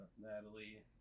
Natalie